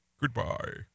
goodbye